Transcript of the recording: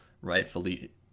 rightfully